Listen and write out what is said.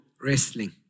wrestling